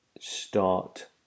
start